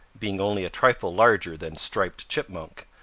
being only a trifle larger than striped chipmunk,